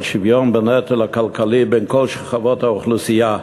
שוויון בנטל הכלכלי בין כל שכבות האוכלוסייה,